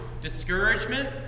discouragement